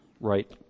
right